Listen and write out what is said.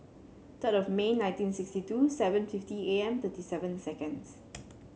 third of May nineteen sixty two seven fifty A M thirty seven seconds